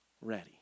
ready